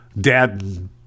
dad